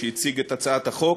שהציג את הצעת החוק,